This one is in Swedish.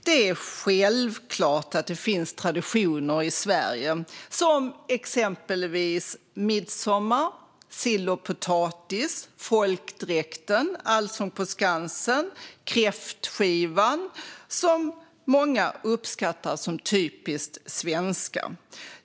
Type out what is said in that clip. Fru talman! Självklart finns det traditioner i Sverige som exempelvis midsommar, sill och potatis, folkdräkt, Allsång på Skansen och kräftskivan som många uppskattar som typiskt svenska.